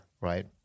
Right